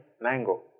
mango